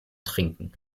trinken